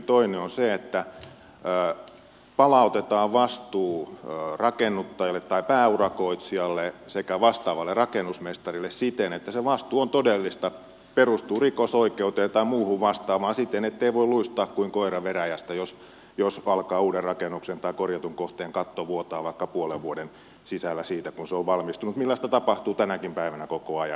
toinen on se että palautetaan vastuu rakennuttajalle tai pääurakoitsijalle sekä vastaavalle rakennusmestarille siten että se vastuu on todellista perustuu rikosoikeuteen tai muuhun vastaavaan siten ettei voi luistaa kuin koira veräjästä jos uuden rakennuksen tai korjatun kohteen katto alkaa vuotamaan vaikka puolen vuoden sisällä siitä kun se on valmistunut millaista tapahtuu tänäkin päivänä koko ajan